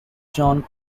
john